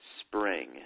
spring